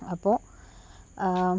അപ്പോൾ